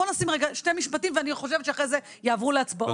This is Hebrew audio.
בוא נשים רגע שני משפטים ואני חושבת שאחרי זה יעברו להצבעות.